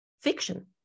fiction